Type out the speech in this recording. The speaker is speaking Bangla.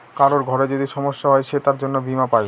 কারোর ঘরে যদি সমস্যা হয় সে তার জন্য বীমা পাই